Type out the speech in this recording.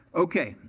okay.